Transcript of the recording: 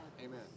Amen